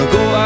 go